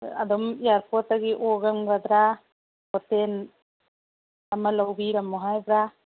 ꯑꯗꯨꯝ ꯏꯌꯥꯔꯄꯣꯔꯠꯇꯒꯤ ꯑꯣꯛꯂꯝꯒꯗ꯭ꯔ ꯍꯣꯇꯦꯟ ꯑꯃ ꯂꯧꯕꯤꯔꯝꯃꯨ ꯍꯥꯏꯕ꯭ꯔ